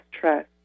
trust